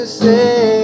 say